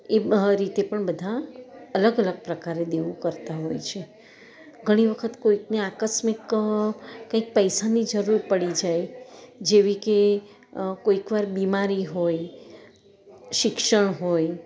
એબહ રીતે પણ બધા અલગ અલગ પ્રકારે દેવું કરતાં હોય છે ઘણી વખત કોઈકને આકસ્મિક કંઈક પૈસાની જરૂર પડી જાય જેવી કે કોઈક વાર બીમારી હોય શિક્ષણ હોય